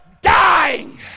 dying